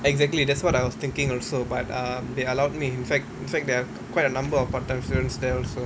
exactly that's what I was thinking also but um they allowed me in fact in fact there are quite a number of part time students there also